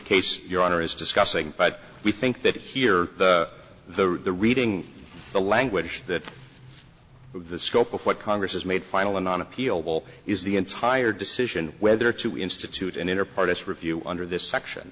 case your honor is discussing but we think that here the the reading the language that of the scope of what congress is made final and on appeal is the entire decision whether to institute an inner part of review under this section